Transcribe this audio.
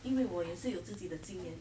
因为我也是有自己的经验